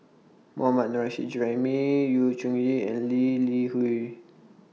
Mohammad Nurrasyid Juraimi Yu Zhuye and Lee Li Hui